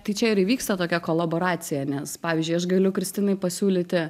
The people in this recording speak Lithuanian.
tai čia ir įvyksta tokia kolaboracija nes pavyzdžiui aš galiu kristinai pasiūlyti